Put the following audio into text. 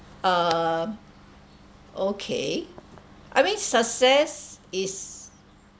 err okay I mean success is